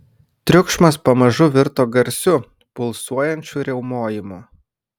triukšmas pamažu virto garsiu pulsuojančiu riaumojimu